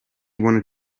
wanted